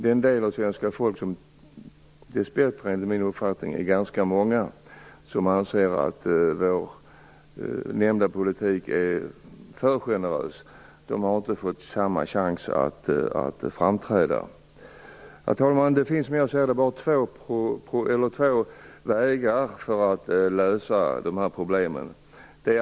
Den del av svenska folket - dess bättre en minoritet, även om det rör sig om ganska många - som anser att vår flyktingpolitik är för generös har inte fått samma chans att framträda. Herr talman! Som jag ser det finns det bara två vägar att gå för att lösa dessa problem.